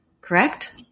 Correct